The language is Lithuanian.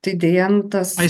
didėjant tas